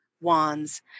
Wands